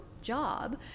job